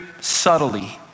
subtly